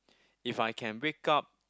if I can wake up